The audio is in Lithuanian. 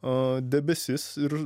a debesis ir